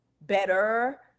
better